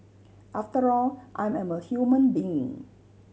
after all I'm I'm a human being